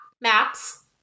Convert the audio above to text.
Maps